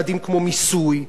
תמיכה במינויים,